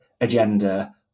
agenda